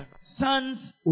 Sons